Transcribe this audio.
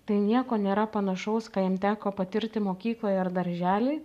tai nieko nėra panašaus ką jiem teko patirti mokykloj ar daržely